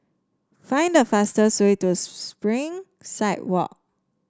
find the fastest way to Spring side Walk